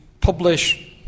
publish